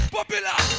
Popular